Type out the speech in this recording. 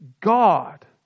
God